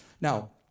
Now